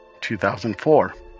2004